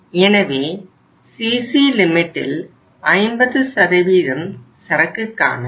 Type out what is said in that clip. எனவே CC லிமிட்டில் 50 சரக்குக்கானது